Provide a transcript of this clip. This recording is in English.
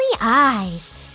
eyes